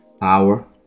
power